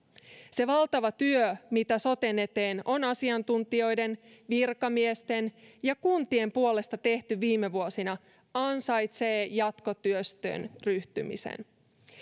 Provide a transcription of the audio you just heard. se valtava työ mitä soten eteen on asiantuntijoiden virkamiesten ja kuntien puolesta tehty viime vuosina ansaitsee jatkotyöstöön ryhtymisen